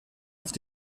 auf